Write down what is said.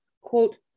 quote